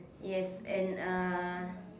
yes and uh